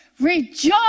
Rejoice